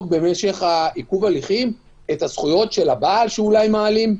במשך עיכוב ההליכים את הזכויות של הבעל שאולי מעלים?